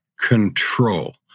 control